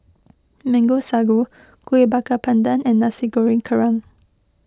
Mango Sago Kueh Bakar Pandan and Nasi Goreng Kerang